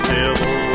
Civil